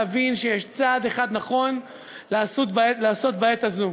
להבין שיש צעד אחד נכון לעשות בעת הזאת,